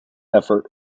effort